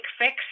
fix